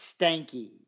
Stanky